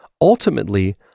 Ultimately